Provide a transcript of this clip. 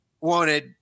wanted